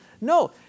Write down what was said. No